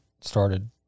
started